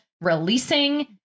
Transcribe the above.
releasing